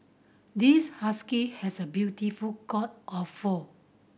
this husky has a beautiful coat of fur